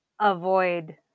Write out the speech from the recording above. avoid